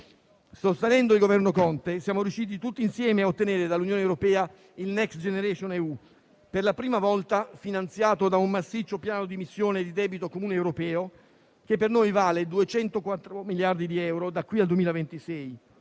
Sostenendo il Governo Conte, siamo riusciti tutti insieme a ottenere dall'Unione europea il Next generation EU, per la prima volta finanziato da un massiccio piano di emissione di debito comune europeo che per noi vale 204 miliardi di euro da qui al 2026.